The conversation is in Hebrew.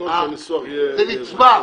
זה נצבר.